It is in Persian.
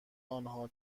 آنها